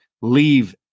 leave